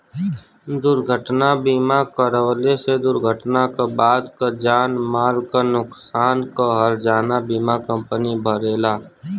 दुर्घटना बीमा करवले से दुर्घटना क बाद क जान माल क नुकसान क हर्जाना बीमा कम्पनी भरेला